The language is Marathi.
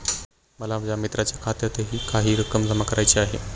मला माझ्या मित्राच्या खात्यातही काही रक्कम जमा करायची आहे